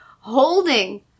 holding